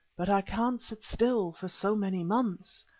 but i can't sit still for so many months.